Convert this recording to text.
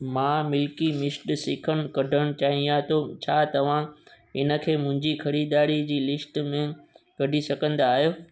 मां Milky Mist सिकन कढण चाहियां थो छा तव्हां इनखे मुंहिंजी खरीदारी जी लिस्ट मां कढी सघंदा आहियो